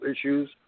issues